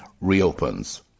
reopens